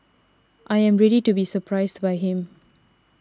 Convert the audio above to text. I am ready to be surprised by him